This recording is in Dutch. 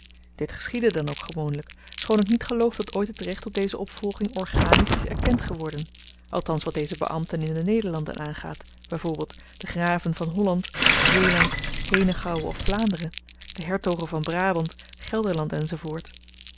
dit geschiedde dan ook gewoonlyk schoon ik niet geloof dat ooit het recht op deze opvolging organisch is erkend geworden althans wat deze beambten in de nederlanden aangaat by voorbeeld de graven van holland zeeland henegouwen of vlaanderen de hertogen van brabant gelderland